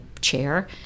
chair